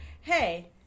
hey